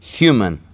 human